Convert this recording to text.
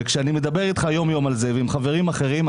וכשאני מדבר איתך יום-יום על זה ועם חברים אחרים,